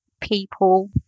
people